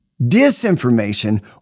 disinformation